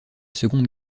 seconde